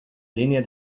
línia